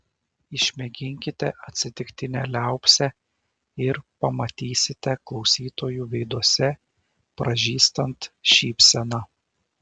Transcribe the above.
išmėginkite atsitiktinę liaupsę ir pamatysite klausytojų veiduose pražystant šypseną